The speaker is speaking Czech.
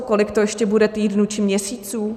Kolik to ještě bude týdnů či měsíců?